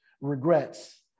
regrets